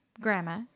Grandma